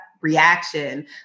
reaction